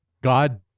God